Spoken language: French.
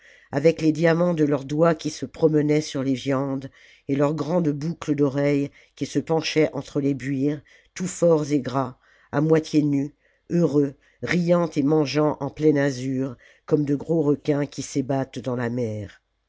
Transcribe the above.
avec les diamants de leurs doigts qui se promenaient sur les viandes et leurs grandes boucles d'oreilles qui se penchaient entre les buires tous forts et gras à moitié nus heureux riant et mangeant en plein azur comme de gros requins qui s'ébattent dans la mer